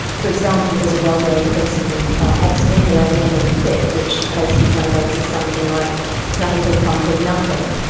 for example, there's a well-known principle ex nihilo nihil fit, which basically translates as something like nothing can come from nothing.